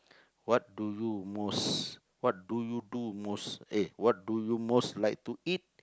what do you most what do you do most eh what do you most like to eat